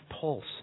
pulse